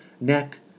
neck